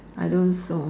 I don't sold